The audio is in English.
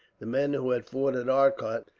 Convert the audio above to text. the men who had fought at arcot,